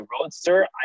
roadster